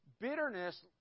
bitterness